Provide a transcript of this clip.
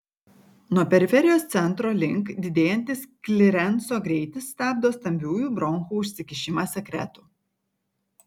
nuo periferijos centro link didėjantis klirenso greitis stabdo stambiųjų bronchų užsikišimą sekretu